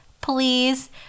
please